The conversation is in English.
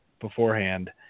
beforehand